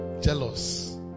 Jealous